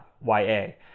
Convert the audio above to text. Y-A